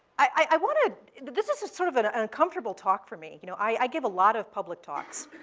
i want to this is sort of an uncomfortable talk for me. you know i give a lot of public talks,